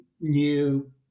new